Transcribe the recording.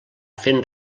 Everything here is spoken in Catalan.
fent